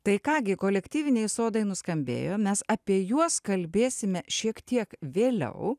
tai ką gi kolektyviniai sodai nuskambėjo mes apie juos kalbėsime šiek tiek vėliau